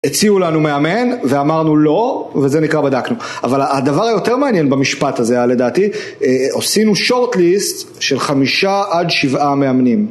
הציעו לנו מאמן ואמרנו לא, וזה נקרא בדקנו, אבל הדבר היותר מעניין במשפט הזה היה, לדעתי, עשינו שורט-ליסט של חמישה עד שבעה מאמנים.